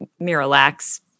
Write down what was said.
Miralax